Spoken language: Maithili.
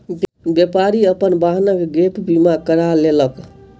व्यापारी अपन वाहनक गैप बीमा करा लेलक